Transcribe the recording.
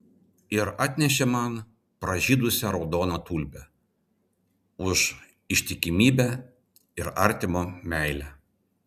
ir atnešė man pražydusią raudoną tulpę už ištikimybę ir artimo meilę